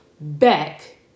back